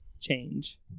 change